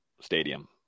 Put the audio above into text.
Stadium